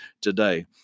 today